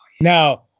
Now